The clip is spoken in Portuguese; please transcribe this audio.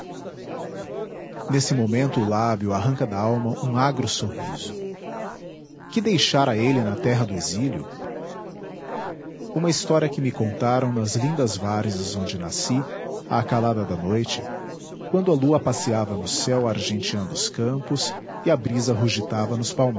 nesse momento o lábio arranca dalma um agro sorriso que deixara ele na terra do exílio uma história que me contaram nas lindas várzeas onde nasci à calada da noite quando a lua passeava no céu argenteando os campos e a brisa rugitava nos